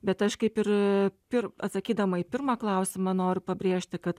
bet aš kaip ir pir atsakydama į pirmą klausimą noriu pabrėžti kad